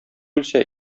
үлсә